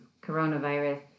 coronavirus